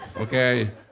okay